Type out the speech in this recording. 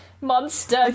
monster